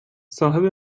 صاحب